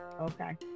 Okay